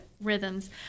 rhythms